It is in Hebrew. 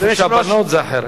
אצל הבנות זה אחרת.